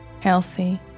healthy